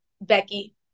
Becky